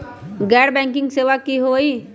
गैर बैंकिंग सेवा की होई?